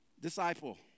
Disciple